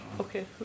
Okay